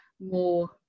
more